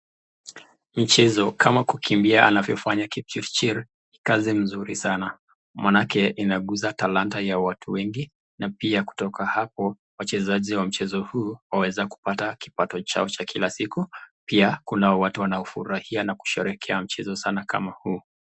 Mchezo kama kukimbia anavyofanya kipchirchir, kazi mzuri sana. Maana yake inakuza talanta ya watu wengi, na pia kutoka hapo. Wachezji wa mchezo huu, waweza kupata kipato chao cha kila siku. Pia kuna watu anafurahia na kusherekea mchezo sana kama huu.